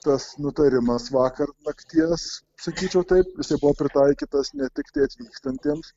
tas nutarimas vakar nakties sakyčiau taip jisai buvo pritaikytas ne tiktai atvykstantiems